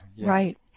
Right